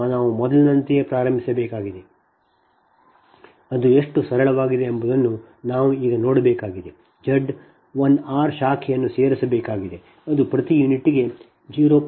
ನಾವು ಮೊದಲಿನಿಂದಲೇ ಪ್ರಾರಂಭಿಸಬೇಕಾಗಿದೆ ಅದು ಎಷ್ಟು ಸರಳವಾಗಿದೆ ಎಂಬುದನ್ನು ನಾವು ಈಗ ನೋಡಬೇಕಾಗಿದೆ Z 1r ಶಾಖೆಯನ್ನು ಸೇರಿಸಬೇಕಾಗಿದೆ ಅದು ಪ್ರತಿ ಯೂನಿಟ್ಗೆ 0